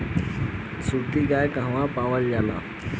सुरती गाय कहवा पावल जाला?